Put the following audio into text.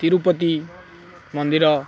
ତିରୁପତି ମନ୍ଦିର